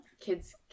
kids